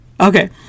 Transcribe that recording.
okay